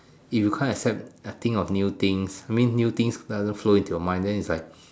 if you can't accept a thing or new things I mean new things doesn't flow into your mind then it's like